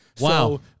Wow